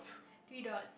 three dots